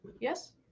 Yes